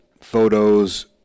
photos